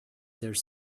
there